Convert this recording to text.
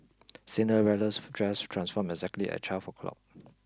Cinderella's dress transformed exactly at twelve o'clock